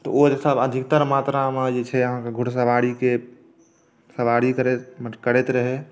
तऽ ओसभ अधिकतर मात्रामे जे छै अहाँके घुड़सवारीके सवारी करैत रहै